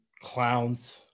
clowns